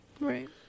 Right